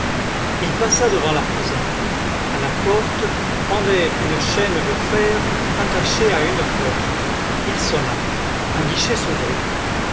il passa devant la prison à la porte pendait une chaîne de fer attachée à une cloche il sonna un guichet s'ouvrit